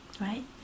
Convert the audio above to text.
right